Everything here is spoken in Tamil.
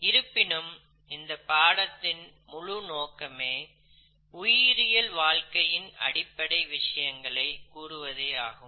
இருப்பினும் இந்த பாடத்தின் முழு நோக்கமே உயிரியல் வாழ்க்கையின் அடிப்படை விஷயங்களை கூறுவதே ஆகும்